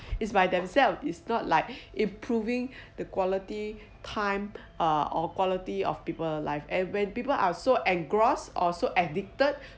it's by themselves is not like improving the quality time uh or quality of people life and when people are so engross or so addicted